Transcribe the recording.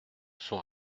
son